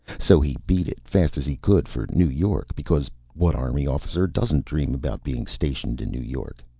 so he beat it, fast as he could, for new york, because what army officer doesn't dream about being stationed in new york?